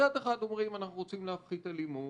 מצד אחד אומרים אנחנו רוצים להפחית אלימות